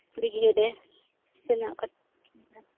ᱵᱤᱜᱷᱟᱹ ᱨᱮ ᱛᱤᱱᱟᱹᱜ ᱠᱟᱛᱮ ᱪᱚ